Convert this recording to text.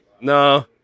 no